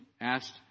asked